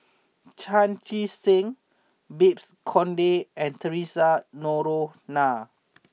Chan Chee Seng Babes Conde and Theresa Noronha